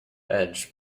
edge